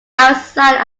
outside